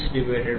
C pitchno